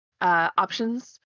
Options